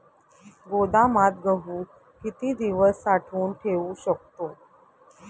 गोदामात गहू किती दिवस साठवून ठेवू शकतो?